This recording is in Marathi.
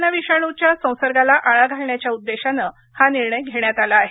कोरोना विषाणूच्या संसर्गाला आळा घालण्याच्या उद्देशानं हा निर्णय घेण्यात आला आहे